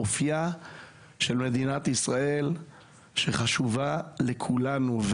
אופייה של מדינת ישראל שחשובה לכולנו.